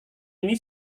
ini